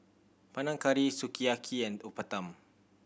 Panang Curry Sukiyaki and Uthapam